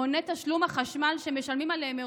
מוני תשלום החשמל שמשלמים עליהם מראש,